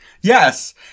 Yes